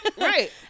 right